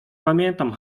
pamiętam